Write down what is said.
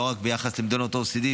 לא רק ביחס למדינות ה-OECD.